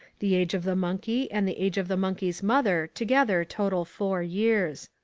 the age of the monkey and the age of the monkey's mother together total four years.